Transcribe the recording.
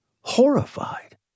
horrified